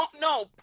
No